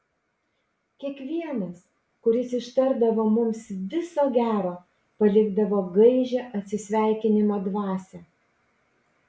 kiekvienas kuris ištardavo mums viso gero palikdavo gaižią atsisveikinimo dvasią